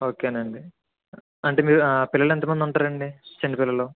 okay అండి అంటే మీరు పిల్లలు ఎంత మంది ఉంటారండి చిన్నపిల్లలు